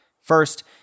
First